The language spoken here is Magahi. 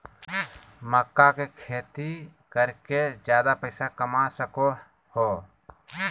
मक्का के खेती कर के ज्यादा पैसा कमा सको हो